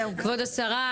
כבוד השרה,